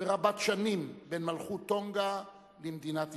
ורבת שנים בין מלכות טונגה למדינת ישראל,